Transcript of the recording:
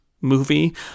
movie